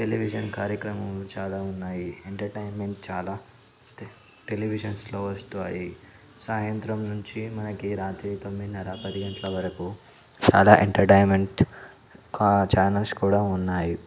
television కార్యక్రమం చాలా ఉన్నాయి ఎంటర్టైన్మెంట్ చాలా తే టెలివిషన్స్లో వస్తాయి సాయంత్రం నుంచి మనకి రాత్రి తొమ్మిదిన్నర పది గంటల వరకు చాలా ఎంటర్టైన్మెంట్ ఛానల్స్ కూడా ఉన్నాయి